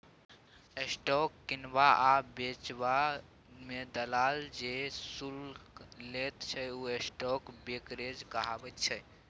stock किनबा आ बेचबा मे दलाल जे शुल्क लैत छै ओ स्टॉक ब्रोकरेज कहाबैत छै